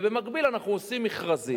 ובמקביל אנחנו עושים מכרזים.